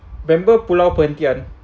bamboo pulau perhentian